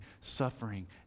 suffering